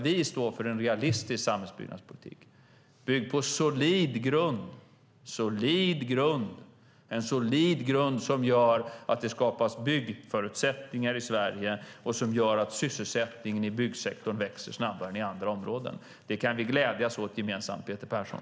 Vi står för en realistisk samhällsbyggnadspolitik, byggd på solid grund, en solid grund som gör att det skapas byggförutsättningar i Sverige och som gör att sysselsättningen i byggsektorn växer snabbare än inom andra områden. Det kan vi glädjas åt gemensamt, Peter Persson.